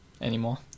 anymore